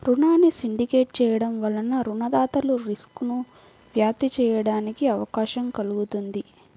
రుణాన్ని సిండికేట్ చేయడం వలన రుణదాతలు రిస్క్ను వ్యాప్తి చేయడానికి అవకాశం కల్గుతుంది